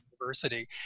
University